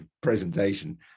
presentation